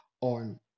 on